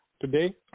today